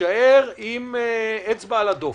להישאר עם אצבע על הדופק.